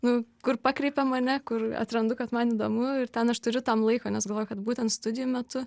nu kur pakreipia mane kur atrandu kad man įdomu ir ten aš turiu tam laiko nes galvoju kad būtent studijų metu